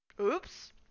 Oops